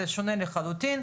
זה שונה לחלוטין.